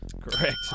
Correct